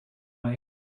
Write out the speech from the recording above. way